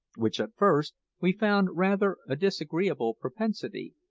which at first we found rather a disagreeable propensity,